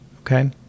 Okay